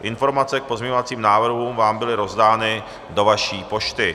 Informace k pozměňovacím návrhům vám byly rozdány do vaší pošty.